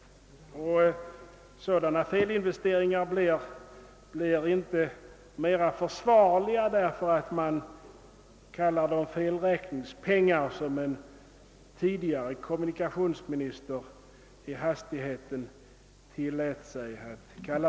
Sådana felinvesteringar blir inte mer försvarliga därför att man kallar dem felräkningspengar, något som en tidigare kommunikationsminister i hastigheten tillät sig göra.